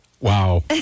Wow